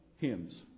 hymns